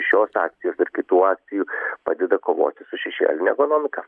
šios akcijos ir kitų akcijų padeda kovoti su šešėline ekonomika